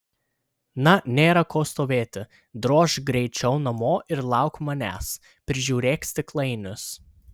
na nėra ko stovėti drožk greičiau namo ir lauk manęs prižiūrėk stiklainius